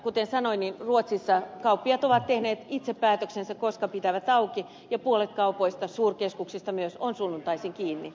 kuten sanoin niin ruotsissa kauppiaat ovat tehneet itse päätöksensä koska pitävät auki ja puolet kaupoista suurkeskuksista myös on sunnuntaisin kiinni